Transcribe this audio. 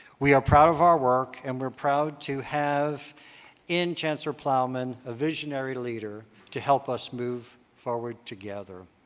we are proud of our work and we're proud to have in chancellor plowman a visionary leader to help us move forward together.